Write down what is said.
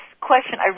question